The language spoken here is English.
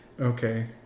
Okay